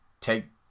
take